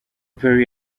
perry